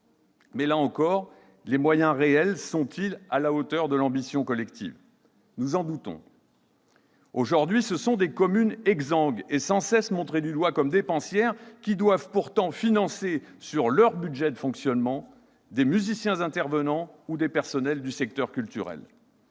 ? Là encore, les moyens réels sont-ils à la hauteur de l'ambition collective ? Nous en doutons ! Aujourd'hui, ce sont des communes exsangues et sans cesse montrées du doigt comme dépensières qui doivent pourtant financer, sur leur budget de fonctionnement, des musiciens intervenants ou des personnels du secteur culturel.